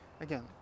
again